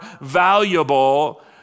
valuable